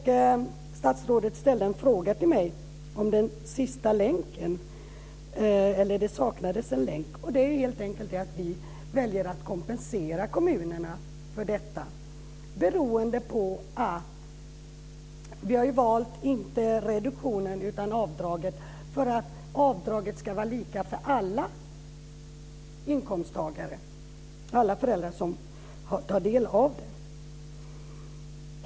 Statsrådet ställde en fråga till mig om att det saknades en länk. Det är helt enkelt att vi väljer att kompensera kommunerna för detta, beroende på att vi har valt inte reduktionen utan avdraget. Avdraget ska vara lika för alla inkomsttagare, alla föräldrar som tar del av detta.